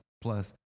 plus